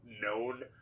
known